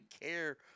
care